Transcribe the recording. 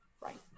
Right